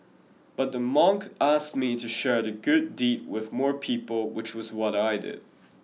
but the monk asked me to share the good deed with more people which was what I did